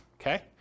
Okay